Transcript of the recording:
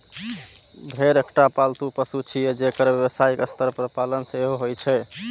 भेड़ एकटा पालतू पशु छियै, जेकर व्यावसायिक स्तर पर पालन सेहो होइ छै